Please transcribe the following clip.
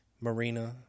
Marina